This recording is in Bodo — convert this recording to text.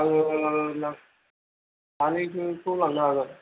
आङो सानैसोखौ' लांनो हागोन